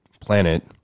planet